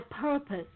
purpose